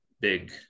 big